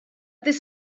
this